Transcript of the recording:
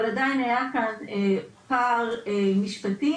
אבל עדיין היה כאן פער משטרתי,